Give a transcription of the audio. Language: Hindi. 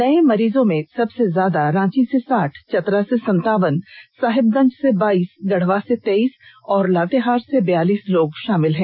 नए मरीजों में सबसे ज्यादा रांची से साठ चतरा से संतावन साहेबगंज से बाइस गढ़वा से तेईस और लातेहार से बैयालीस लोग शामिल हैं